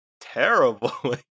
terrible